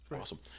awesome